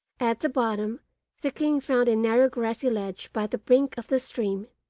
at the bottom the king found a narrow grassy ledge by the brink of the stream,